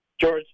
George